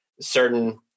certain